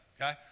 okay